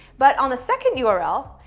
but on the second yeah url,